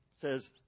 says